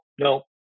no